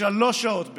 לשלוש שעות ביום.